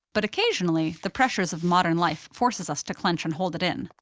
but occasionally, the pressures of modern life forces us to clench and hold it in.